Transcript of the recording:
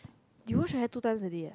you wash your hair two times a day ah